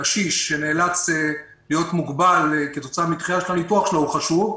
קשיש שנאלץ להיות מוגבל כתוצאה מדחייה של הניתוח שלו הוא חשוב,